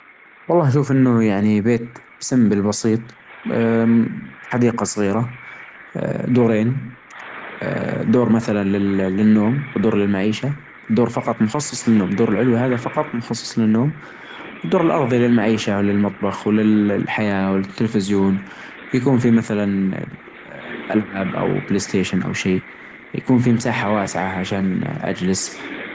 أحب المتاحف الأثرية لأنها تعرضلى ال-الواقع اللى كان يعيشه هالناس من جبل، كيف كانوا ياكلون كيف كانوا يعيشون كيف كانت حياتهم كيف كان يومهم أيش النشاطات اللى كانوا بيسوونها كيف كان تواصلهم مع العالم كيف كانت بياناتهم كيف كانت الفنون وقتها، فأنا الصراحة أحب هذا النوع من المتاحف.